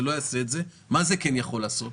מה זה יכול לעשות?